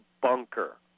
Bunker